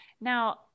Now